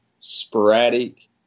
sporadic